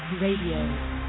Radio